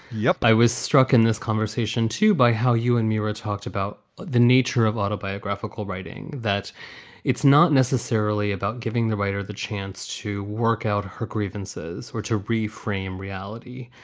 yep. i was struck in this conversation, too, by how you and mira talked about the nature of autobiographical writing, that it's not necessarily about giving the writer the chance to work out her grievances or to reframe reality.